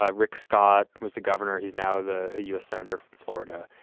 ah rick scott was the governor. he's now the u s. senator from florida.